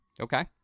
Okay